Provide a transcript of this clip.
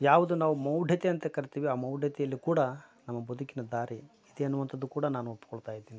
ಯಾವ್ದು ನಾವು ಮೌಢ್ಯ ಅಂತ ಕರಿತೀವಿ ಆ ಮೌಢ್ಯದಲ್ಲಿ ಕೂಡ ನಮ್ಮ ಬದುಕಿನ ದಾರಿ ಇದೆ ಅನ್ನುವಂಥದ್ದು ಕೂಡ ನಾನು ಒಪ್ಕೊಳ್ತಾ ಇದ್ದೀನಿ ಅಂತ